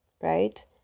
right